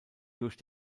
durch